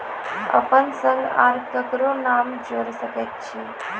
अपन संग आर ककरो नाम जोयर सकैत छी?